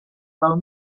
del